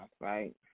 right